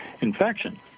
infection